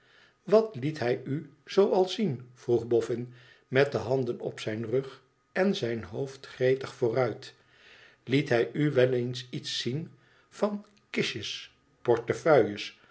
wat liet hij u al zoo zien vroeg boffin met de handen op zijn rug en zijn hoofd gretig vooruit t liet hij u wel eens iets zien van kistjes